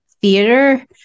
theater